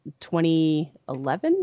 2011